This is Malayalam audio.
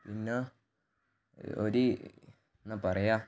പിന്നെ ഒരു എന്താണ് പറയുക